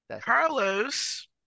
Carlos